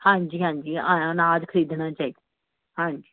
ਹਾਂਜੀ ਹਾਂਜੀ ਅਨਾਜ ਖਰੀਦਣਾ ਚਾਹੀਦਾ ਹਾਂਜੀ